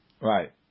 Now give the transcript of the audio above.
Right